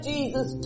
Jesus